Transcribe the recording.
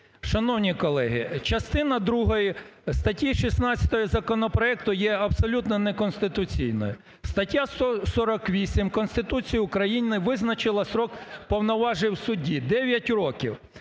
Шановні колеги! Частина друга статті 16 законопроекту є абсолютно неконституційною. Стаття 148 Конституції України визначила строк повноважень судді 9 років